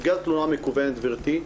סוגיית תלונה מקוונת, גבירתי,